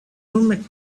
movement